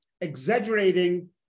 exaggerating